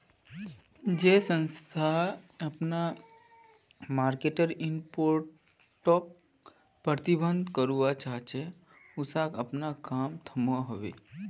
जेल संस्था अपना मर्केटर इम्पैक्टोक प्रबधित करवा चाह्चे उसाक अपना काम थम्वा होबे